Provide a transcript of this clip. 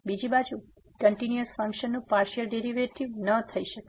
બીજી બાજુ કંટીન્યુઅસ ફંક્શનનું પાર્સીઅલ ડેરીવેટીવ ન થઈ શકે